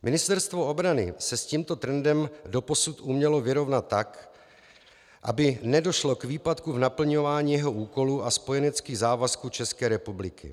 Ministerstvo obrany se s tímto trendem doposud umělo vyrovnat tak, aby nedošlo k výpadku v naplňování jeho úkolů a spojeneckých závazků České republiky.